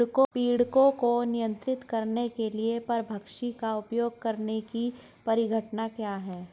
पीड़कों को नियंत्रित करने के लिए परभक्षी का उपयोग करने की परिघटना क्या है?